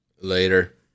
Later